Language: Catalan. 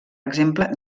exemple